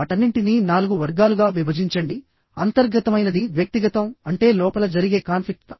వాటన్నింటినీ నాలుగు వర్గాలుగా విభజించండి అంతర్గతమైనది వ్యక్తిగతం అంటే లోపల జరిగే కాన్ఫ్లిక్ట్